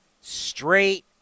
straight